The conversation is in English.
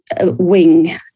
wing